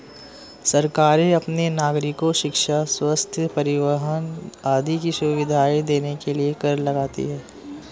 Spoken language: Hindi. सरकारें अपने नागरिको शिक्षा, स्वस्थ्य, परिवहन आदि की सुविधाएं देने के लिए कर लगाती हैं